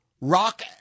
Rock